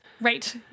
right